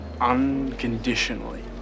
unconditionally